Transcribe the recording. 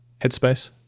headspace